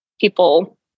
people